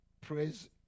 Praise